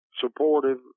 supportive